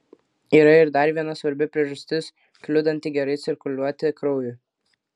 yra ir dar viena svarbi priežastis kliudanti gerai cirkuliuoti kraujui